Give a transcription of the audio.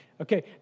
Okay